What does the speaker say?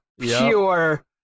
pure